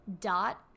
dot